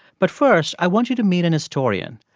but first, i want you to meet an historian.